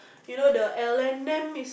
you know the L M N it